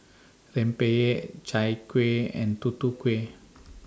Rempeyek Chai Kueh and Tutu Kueh